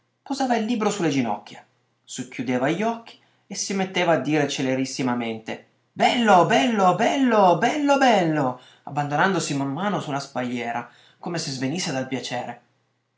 il libro su le ginocchia socchiudeva gli occhi e si metteva a dire celerissimamente bello bello bello bello bello abbandonandosi man mano su la spalliera come se svenisse dal piacere